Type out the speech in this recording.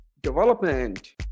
Development